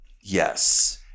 Yes